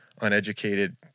uneducated